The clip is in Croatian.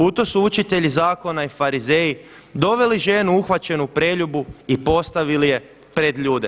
U to su učitelji zakona i Farizeriji doveli ženu uhvaćenu u preljubu i postavili ju pred ljude.